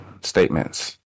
statements